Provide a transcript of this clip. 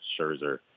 Scherzer